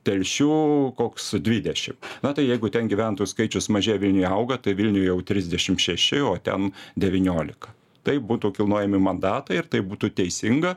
telšių koks dvidešim na tai jeigu ten gyventojų skaičius mažėja vilniuj auga tai vilniuj jau trisdešim šeši o ten devyniolika taip būtų kilnojami mandatai ir taip būtų teisinga